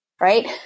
right